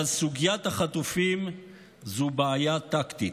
אבל סוגיית החטופים היא בעיה טקטית.